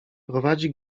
prowadzi